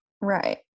Right